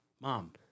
mom